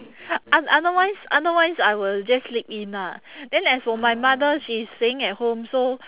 oth~ otherwise otherwise I will just sleep in ah then as for my mother she's staying at home so